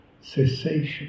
cessation